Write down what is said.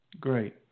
Great